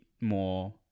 more